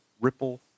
ripple